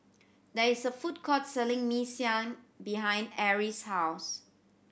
there is a food court selling Mee Siam behind Arrie's house